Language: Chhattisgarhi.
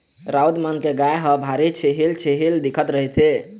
राउत मन के गाय ह भारी छिहिल छिहिल दिखत रहिथे